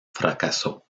fracasó